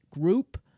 group